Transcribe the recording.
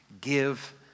give